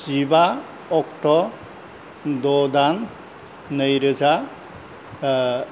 जिबा अक्ट' द' दान नैरोजा